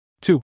Two